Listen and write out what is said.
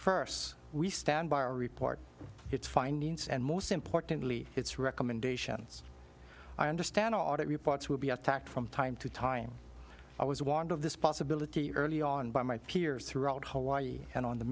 first we stand by our report its findings and most importantly its recommendations i understand audit reports will be attacked from time to time i was warned of this possibility early on by my peers throughout hawaii and on the